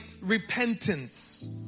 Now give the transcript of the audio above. repentance